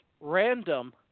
random